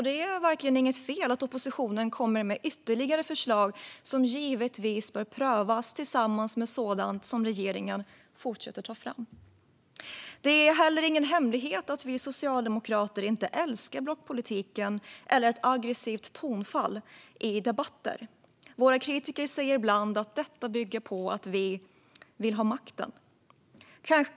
Det är verkligen inget fel att oppositionen kommer med ytterligare förslag som givetvis bör prövas tillsammans med sådant som regeringen fortsätter att ta fram. Det är heller ingen hemlighet att vi socialdemokrater inte älskar blockpolitik eller ett aggressivt tonfall i debatter. Våra kritiker säger ibland att detta bygger på att vi vill ha makten.